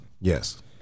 Yes